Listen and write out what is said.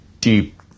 deep